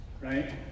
right